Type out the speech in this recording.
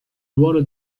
ruolo